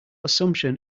assumption